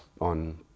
on